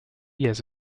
years